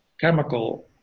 chemical